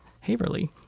Haverly